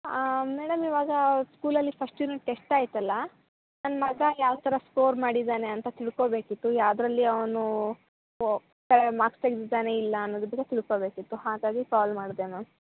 madam ಇವಾಗ ಸ್ಕೂಲಲ್ಲಿ first unit test ಆಯಿತಲ್ಲ ನನ್ನ ಮಗ ಯಾವ ಥರ ಸ್ಕೋರ್ ಮಾಡಿದ್ದಾನೆ ಅಂತ ತಿಳ್ಕೋಬೇಕಿತ್ತು ಯಾವುದ್ರಲ್ಲಿ ಅವ್ನು ಮಾರ್ಕ್ಸ್ ತೆಗ್ದಿದ್ದಾನೆ ಇಲ್ಲ ಅನ್ನೋದನ್ನ ತಿಳ್ಕೋಬೇಕಿತ್ತು ಹಾಗಾಗಿ ಕಾಲ್ ಮಾಡಿದೆ ಮ್ಯಾಮ್